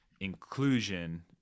inclusion